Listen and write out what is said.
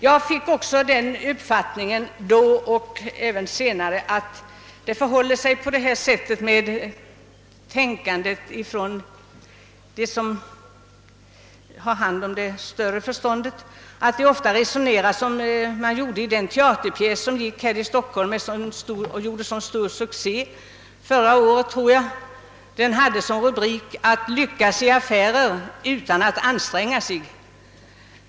Jag har också fått uppfattningen att de som besitter det högre förståndet resonerar som de gjorde i den teaterpjäs, som haft så stor succé här i Stock "holm: »Att lyckas i affärer utan att anstränga sig».